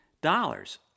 dollars